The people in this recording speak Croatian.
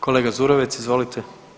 Kolega Zurovec, izvolite.